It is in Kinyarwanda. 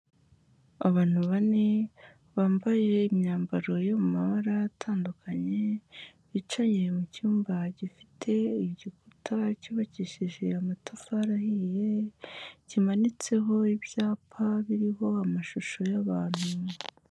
Abantu bane bambaye imyambaro yo mu mabara atandukanye, bicaye mu cyumba gifite igikuta cyubakishije amatafari ahiye, kimanitseho ibyapa biriho amashusho y'abantu.